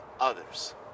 others